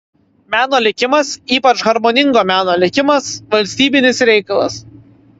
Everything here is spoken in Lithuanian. meno likimas ypač harmoningo meno likimas valstybinis reikalas